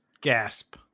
Gasp